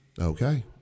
Okay